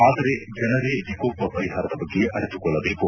ಆದರೆ ಜನರೇ ವಿಕೋಪ ಪರಿಹಾರದ ಬಗ್ಗೆ ಅರಿತುಕೊಳ್ಳಬೇಕು